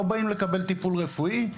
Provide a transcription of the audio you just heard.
לא כדי לקבל טיפול רפואי.